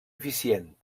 eficient